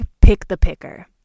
pick-the-picker